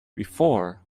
before